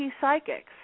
Psychics